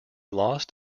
lost